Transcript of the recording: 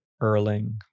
Erling